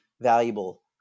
valuable